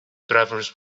drivers